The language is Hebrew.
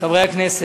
חברי הכנסת,